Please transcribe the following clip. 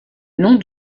nom